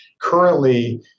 Currently